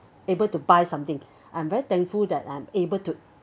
able to buy something I'm very thankful that I'm able to